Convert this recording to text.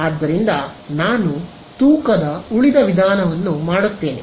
ಆದ್ದರಿಂದ ನಾನು ತೂಕದ ಉಳಿದ ವಿಧಾನವನ್ನು ಮಾಡುತ್ತೇನೆ